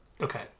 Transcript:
Okay